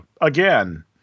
again